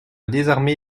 désarmer